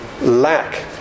lack